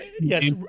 Yes